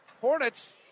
Hornets